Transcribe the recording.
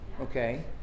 Okay